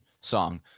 song